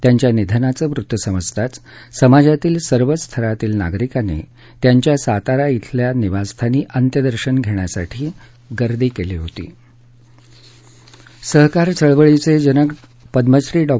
त्यांच्या निधनाचे वृत्त समजताच समाजातील सर्वच थरातील नागरिकांनी त्यांच्या सातारा मधील निवासस्थानी अंत्यदर्शन घेण्यासाठी गर्दी केली होती सहकार चळवळीचे जनक पद्मश्री डॉ